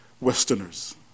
Westerners